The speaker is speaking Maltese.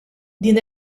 din